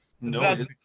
No